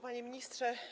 Panie Ministrze!